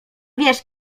wiesz